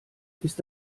ist